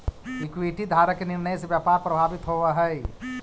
equity धारक के निर्णय से व्यापार प्रभावित भी होवऽ हइ